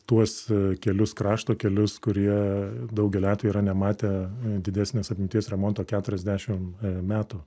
tuos kelius krašto kelius kurie daugeliu atvejų yra nematę didesnės apimties remonto keturiasdešim metų